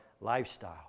lifestyle